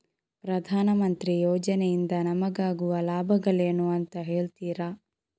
ಪ್ರಧಾನಮಂತ್ರಿ ಯೋಜನೆ ಇಂದ ನಮಗಾಗುವ ಲಾಭಗಳೇನು ಅಂತ ಹೇಳ್ತೀರಾ?